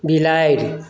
बिलाड़ि